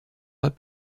pas